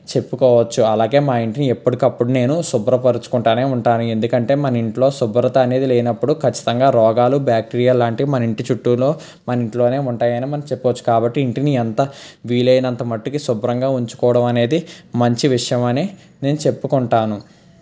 చెప్పుకోవచ్చు అలాగే మా ఇంటి ఎప్పటికప్పుడు నేను శుభ్రపరచుకుంటానే ఉంటాను ఎందుకంటే మన ఇంట్లో శుభ్రత అనేది లేనప్పుడు ఖచ్చితంగా రోగాలు బ్యాక్టీరియా లాంటి మన ఇంటి చుట్టూలో మన ఇంట్లోనే ఉంటాయని మనం చెప్పొచ్చు కాబట్టి ఇంటిని ఎంత వీలైనంత మట్టికి శుభ్రంగా ఉంచుకోవడం అనేది మంచి విషయం అని నేను చెప్పుకుంటాను